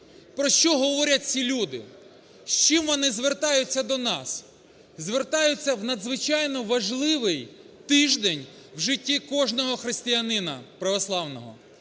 Про що говорять ці люди, з чим вони звертаються до нас? Звертаються в надзвичайно важливий тиждень в житті кожного християнина православного